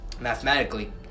mathematically